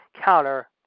counter